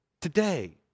today